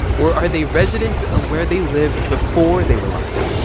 or are they residents of where they lived before they were locked up?